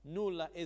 nulla